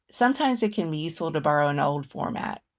sometimes it can be useful to borrow an old format,